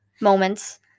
moments